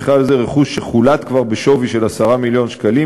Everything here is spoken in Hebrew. ובכלל זה רכוש שחולט כבר בשווי של 10 מיליון שקלים,